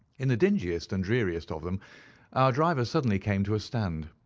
in the dingiest and dreariest of them our driver suddenly came to a stand.